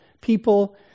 people